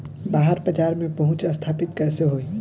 बाहर बाजार में पहुंच स्थापित कैसे होई?